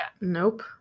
Nope